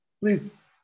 please